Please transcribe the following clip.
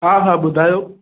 हा हा ॿुधायो